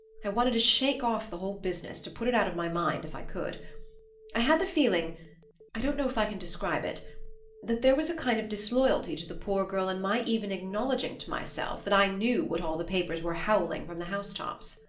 i wanted to shake off the whole business, to put it out of my mind if i could i had the feeling i don't know if i can describe it that there was a kind of disloyalty to the poor girl in my even acknowledging to myself that i knew what all the papers were howling from the housetops.